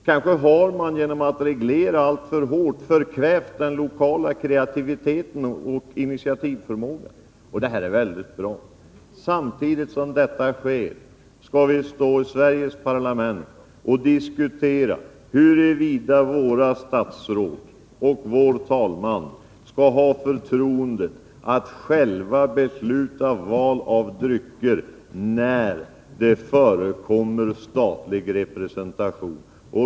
Kanske har man genom att reglera alltför hårt förkvävt den lokala kreativiteten och initiativförmågan. Det är bra att den här debatten förs. Men samtidigt som detta sker står vi i Sveriges parlament och diskuterar huruvida våra statsråd och vår talman skall få förtroendet att själva besluta om val av drycker när det förekommer statlig representation.